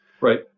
Right